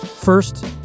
First